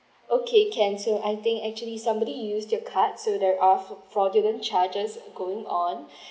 okay can so I think actually somebody use your card so there are for~ fraudulent charges going on